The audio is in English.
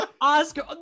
Oscar